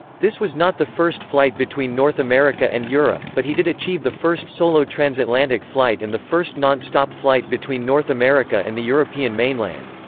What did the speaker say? this was not the first flight between north america and europe, but he did achieve the first solo transatlantic flight and the first non-stop flight between north america and the european mainland.